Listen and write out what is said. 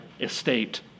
estate